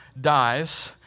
dies